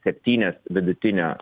septynias vidutinio